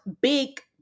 big